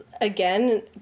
again